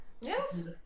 Yes